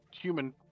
human